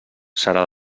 serà